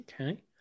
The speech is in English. Okay